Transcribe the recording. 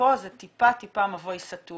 מפה זה טיפה מבוי סתום.